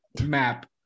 Map